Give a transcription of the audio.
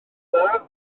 dda